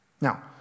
Now